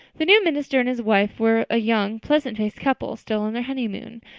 the new minister and his wife were a young, pleasant-faced couple, still on their honeymoon,